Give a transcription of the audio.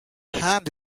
hand